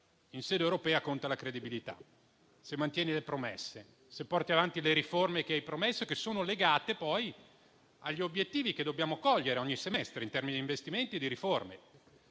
in sede europea conta la credibilità, quindi se mantieni le promesse e se porti avanti le riforme promesse, legate agli obiettivi che dobbiamo cogliere ogni semestre in termini di investimenti e riforme.